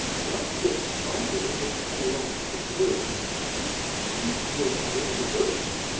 not that either was at a loss for words each was ready to burst.